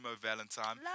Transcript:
Valentine